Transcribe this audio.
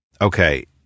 okay